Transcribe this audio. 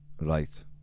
Right